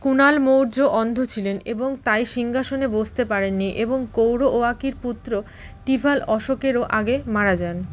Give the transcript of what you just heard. কুণাল মৌর্য অন্ধ ছিলেন এবং তাই সিংহাসনে বসতে পারেননি এবং কৌরওয়াকির পুত্র টিভাল অশোকেরও আগে মারা যান